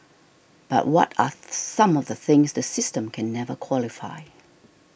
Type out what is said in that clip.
but what are some of the things the system can never qualify